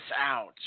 out